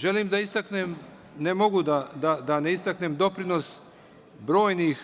Želim da istaknem, ne mogu da ne istaknem, doprinos brojnih